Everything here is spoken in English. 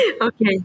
Okay